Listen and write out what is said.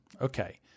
Okay